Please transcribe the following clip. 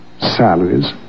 salaries